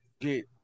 get